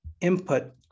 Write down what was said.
input